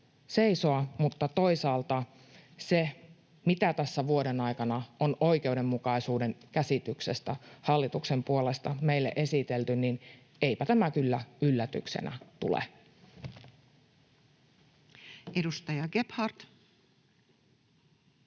ottaa huomioon sen, mitä tässä vuoden aikana on oikeudenmukaisuuden käsityksestä hallituksen puolesta meille esitelty, niin eipä tämä kyllä yllätyksenä tule. [Speech